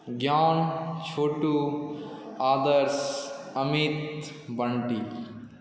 ज्ञान छोटू आदर्श अमित बण्टी